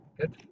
Good